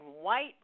white